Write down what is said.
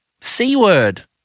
C-word